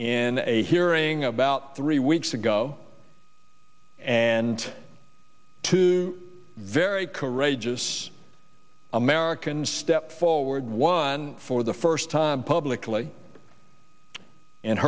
in a hearing about three weeks ago and two very courageous americans step forward one for the first time publicly